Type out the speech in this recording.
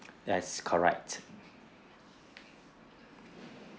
yes correct